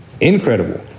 incredible